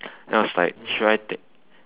then I was like should I take